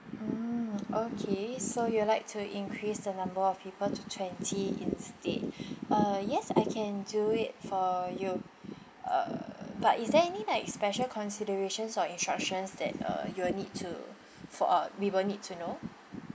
mm okay so you'll like to increase the number of people to twenty instead uh yes I can do it for you uh but is there any like special considerations or instructions that uh you will need to for uh we will need to know